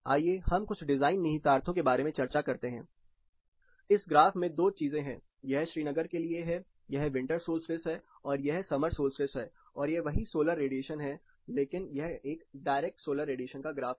आइए हम कुछ डिज़ाइन निहितार्थों के बारे में चर्चा करते हैं इस ग्राफ में दो चीजें हैं यह श्रीनगर के लिए है यह विंटर सोल्स्टिस है और यह समर सोल्स्टिस है और यह वही सोलर रेडिएशन है लेकिन यह एक डायरेक्ट सोलर रेडिएशन का ग्राफ है